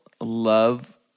love